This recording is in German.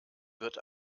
wird